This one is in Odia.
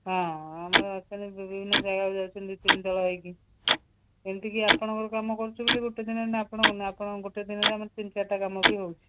ହଁ ଆମର ଅଛନ୍ତି ବିଭିନ୍ନ ଜାଗାକୁ ଯାଉଛନ୍ତି ତିନି ଦଳ ହେଇକି ଏମିତିକି ଆପଣଙ୍କର କାମ କରୁଛୁ ବୋଲି ଗୋଟେ ଗୋଟେ ଦିନରେ ଆମର ତିନି ଚାରିଟା କାମ ବି ହେଉଛି